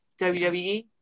wwe